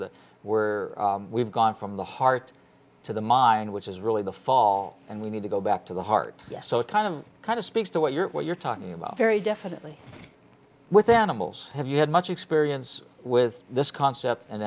word we've gone from the heart to the mind which is really the fall and we need to go back to the heart yes so it kind of kind of speaks to what you're what you're talking about very definitely with animals have you had much experience with this concept and